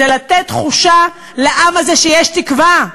זה לתת תחושה לעם הזה שיש תקווה,